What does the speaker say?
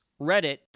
Reddit